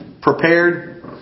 prepared